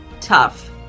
tough